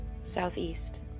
Southeast